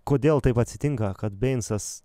kodėl taip atsitinka kad beincas